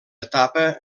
etapa